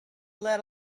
let